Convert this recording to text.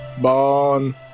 Bon